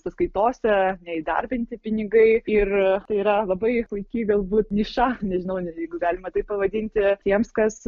sąskaitose neįdarbinti pinigai ir tai yra labai puiki galbūt niša nežinau jeigu galima taip pavadinti tiems kas